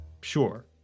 Sure